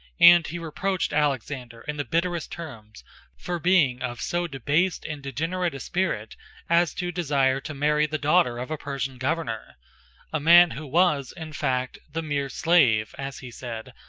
and he reproached alexander in the bitterest terms for being of so debased and degenerate a spirit as to desire to marry the daughter of a persian governor a man who was, in fact, the mere slave, as he said,